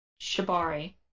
Shibari